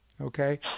okay